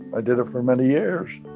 i did it for many years.